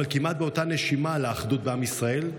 אבל כמעט באותה נשימה על האחדות בעם ישראל,